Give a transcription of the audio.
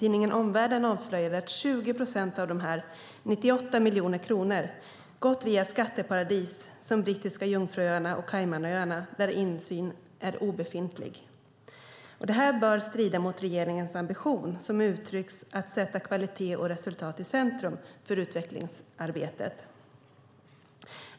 Tidningen Omvärlden avslöjade att 20 procent av dessa, 98 miljoner kronor, gått via skatteparadis som Brittiska Jungfruöarna och Caymanöarna där insyn är obefintlig. Detta bör strida mot regeringens ambition att sätta kvalitet och resultat i centrum för utvecklingsarbetet.